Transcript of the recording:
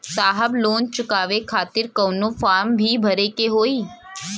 साहब लोन चुकावे खातिर कवनो फार्म भी भरे के होइ?